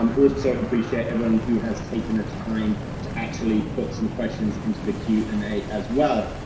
um also, appreciate everyone who has taken the time to actually put some questions into the q and a as well.